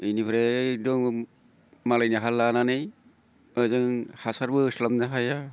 बेनिफ्राय इग्दम मालायनि हा लानानै ओजों हासारबो होस्लाबनो हाया